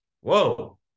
whoa